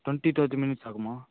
twenty thirty minutes ஆகுமா